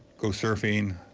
go surfing,